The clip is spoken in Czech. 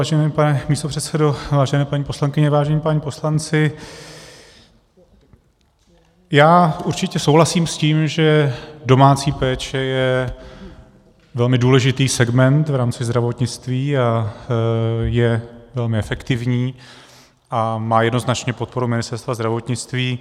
Vážený pane místopředsedo, vážené paní poslankyně, vážení páni poslanci, určitě souhlasím s tím, že domácí péče je velmi důležitý segment v rámci zdravotnictví a je velmi efektivní a má jednoznačně podporu Ministerstva zdravotnictví.